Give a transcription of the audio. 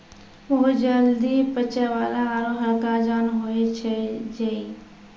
बहुत जल्दी पचै वाला आरो हल्का अनाज होय छै जई